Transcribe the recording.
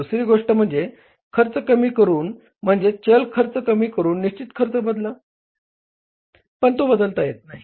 दुसरी गोष्ट म्हणजे खर्च कमी करून म्हणजेच चल खर्च कमी करून निश्चित खर्च बदलता येत नाही